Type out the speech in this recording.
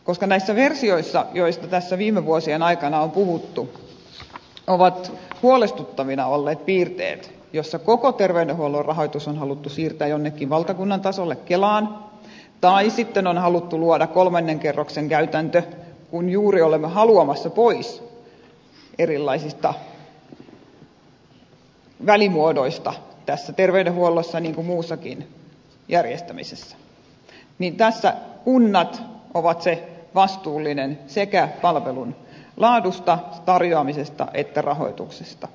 koska näissä versioissa joista tässä viime vuosien aikana on puhuttu ovat huolestuttavina olleet piirteet joissa koko terveydenhuollon rahoitus on haluttu siirtää jonnekin valtakunnan tasolle kelaan tai sitten on haluttu luoda kolmannen kerroksen käytäntö kun juuri olemme haluamassa pois erilaisista välimuodoista terveydenhuollossa niin kuin muussakin järjestämisessä niin tässä kunnat ovat vastuullisia sekä palvelun laadusta tarjoamisesta että rahoituksesta